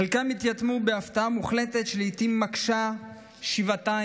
חלקם התייתמו בהפתעה מוחלטת שלעיתים מקשה שבעתיים.